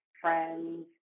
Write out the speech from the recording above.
friends